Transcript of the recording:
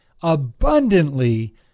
abundantly